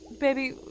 baby